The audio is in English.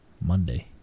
Monday